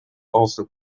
also